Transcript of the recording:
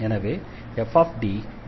எனவே fDeaxfaeax